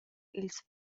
ils